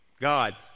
god